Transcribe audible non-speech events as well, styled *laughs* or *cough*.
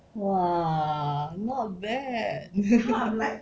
!wah! not bad *laughs*